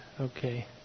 Okay